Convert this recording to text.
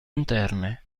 interne